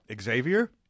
Xavier